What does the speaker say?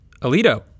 Alito